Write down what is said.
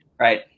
right